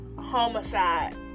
homicide